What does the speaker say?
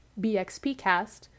bxpcast